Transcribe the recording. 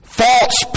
false